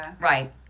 Right